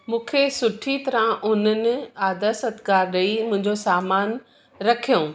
मूंखे सुठी तरह उन्हनि आदर सत्कार ॾेई मुंहिंजो सामान रखियऊं